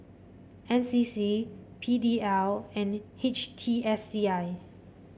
N C C P D L and H T S C I